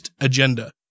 agenda